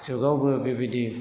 जुगावबो बेबायदि